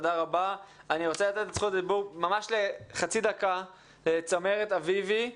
אני רוצה לתת את זכות הדיבור לחצי דקה לצמרת אביבי.